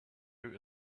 out